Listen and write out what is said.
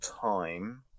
time